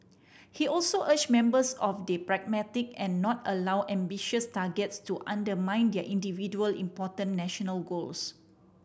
he also urged members of pragmatic and not allow ambitious targets to undermine their individual important national goals